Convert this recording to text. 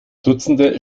dutzende